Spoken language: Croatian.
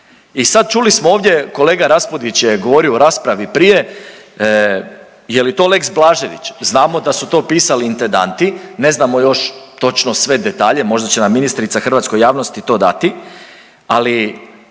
I sad čuli smo ovdje kolega Raspudić je govorio u raspravi prije je li to lex Blažević, znamo da su to pisali intendanti ne znamo još točno sve detalje možda će nam ministrica hrvatskoj javnosti to dati, ali